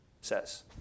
says